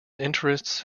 interests